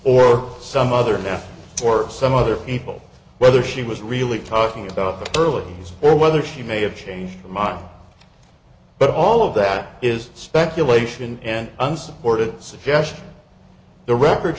or some other net or some other evil whether she was really talking about the early days or whether she may have changed from mine but all of that is speculation and unsupported suggestion the record